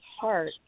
heart